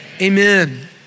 amen